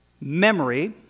memory